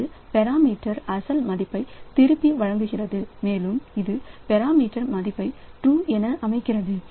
இது பாராமீட்டர் அசல் மதிப்பை திருப்பி வழங்குகிறது மேலும் இது பாராமீட்டர் மதிப்பை ட்ரூ என அமைக்கிறது